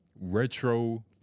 Retro